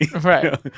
right